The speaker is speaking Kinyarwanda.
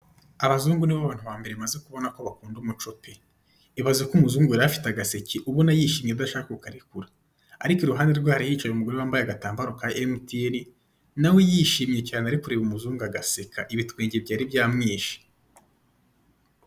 Abazungu nibo bantu bambere maze kubona ko bakunda umuco pe! ibaze ko umuzungu yari afite agaseke ubona yishimye adashaka kukarekura, ariko iruhande rwe hari umugore wambaye agatambaro ka emutiyeni na we yishimye cyane ari kureba umuzungu agaseka ibitwenge byamwishe.